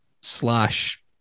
slash